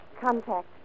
Contact